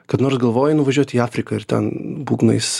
kada nors galvojai nuvažiuot į afriką ir ten būgnais